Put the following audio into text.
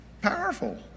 powerful